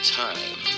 time